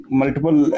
multiple